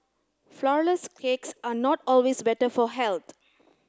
flourless cakes are not always better for health